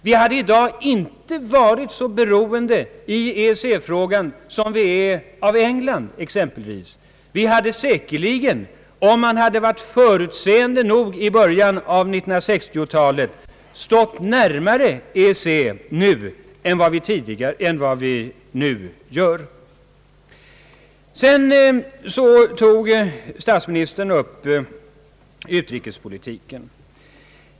Vi hade då i dag inte varit så beroende som vi nu är av exempelvis England. Vi hade säkerligen, om man hade varit förutseende nog i början av 1960-talet, i dag stått närmare EEC än nu. Sedan tog statsministern upp utrikespolitiken.